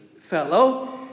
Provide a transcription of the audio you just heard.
fellow